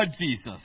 Jesus